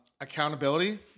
Accountability